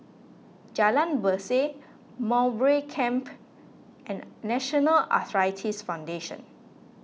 Jalan Berseh Mowbray Camp and National Arthritis Foundation